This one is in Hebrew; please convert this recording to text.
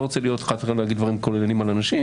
לא רוצה אחר כך להגיד דברים כוללניים על אנשים